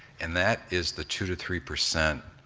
and that is the two to three percent